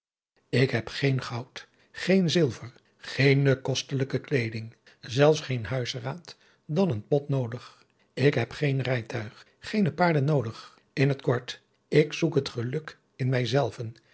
ik heb geen goud geen zilver geene kostelijke kleeding zelfs geen huisraad dan een pot noodig ik heb geen rijtuig geene paarden noodig in t kort ik zoek het geluk in mij